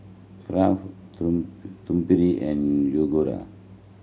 Kraft Triumph and Yoguru